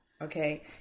okay